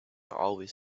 always